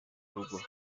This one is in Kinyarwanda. rugo